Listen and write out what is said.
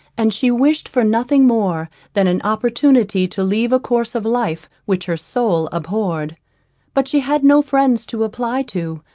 and she wished for nothing more than an opportunity to leave a course of life which her soul abhorred but she had no friends to apply to,